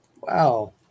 wow